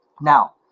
now